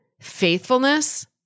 faithfulness